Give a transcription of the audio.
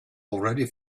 already